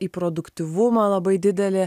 į produktyvumą labai didelį